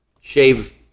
Shave